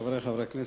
חברי חברי הכנסת,